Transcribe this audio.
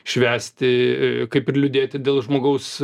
švęsti kaip ir liūdėti dėl žmogaus